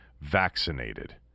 vaccinated